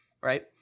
right